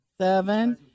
seven